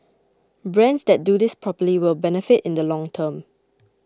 brands that do this properly will benefit in the long term